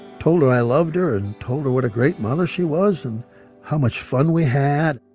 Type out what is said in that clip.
told her i loved her and told her what a great mother she was and how much fun we had.